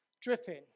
dripping